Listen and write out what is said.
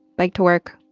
bike to work,